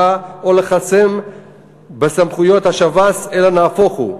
או לכרסם בסמכויות השב"ס אלא נהפוך הוא,